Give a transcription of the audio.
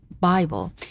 Bible